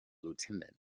lieutenant